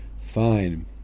fine